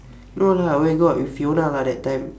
no lah where got with fiona lah that time